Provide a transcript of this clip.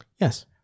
Yes